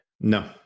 No